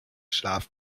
schlaf